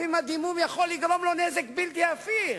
הדימום יכול לגרום לו נזק בלתי הפיך.